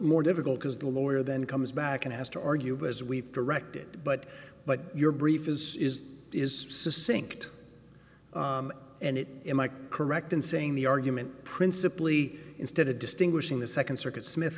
more difficult because the lawyer then comes back and asked to argue but as we've directed but but your brief is is to sink and it am i correct in saying the argument principally instead of distinguishing the second circuit smith